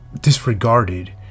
disregarded